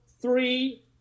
Three